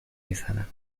میزنم